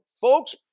folks